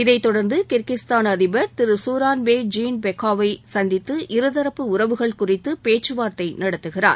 இதை தொடர்ந்து கிர்கிஸ்தான் அதிபர் திரு ஞரான்பே ஜீன்பெகோவ் ஐ சந்தித்து இருதரப்பு உறவுகள் குறித்து பேச்சுவார்த்தை நடத்துகிறார்